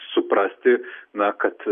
suprasti na kad